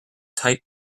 tight